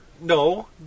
No